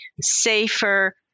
safer